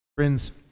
Friends